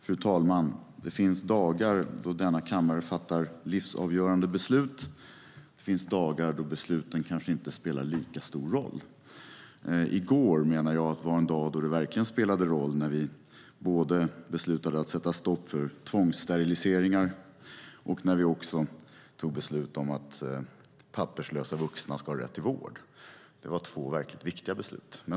Fru talman! Det finns dagar då denna kammare fattar livsavgörande beslut. Det finns dagar då besluten kanske inte spelar lika stor roll. I går, menar jag, var en dag då det verkligen spelade roll, både när vi beslutade att sätta stopp för tvångssteriliseringar och när vi tog beslut om att papperslösa vuxna ska ha rätt till vård. Det var två verkligt viktiga beslut.